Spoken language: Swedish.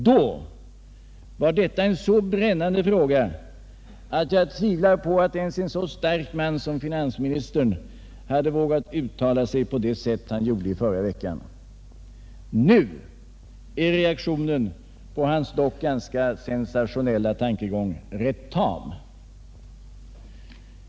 Då var detta en så brännande fråga att jag tvivlar på att ens en så stark man som finansministern hade vågat uttala sig på det sätt som han gjorde i förra veckan. MNu' är reaktionen på hans dock ganska sensationella tankegångar rätt tam.